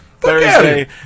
Thursday